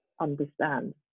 understand